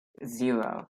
zero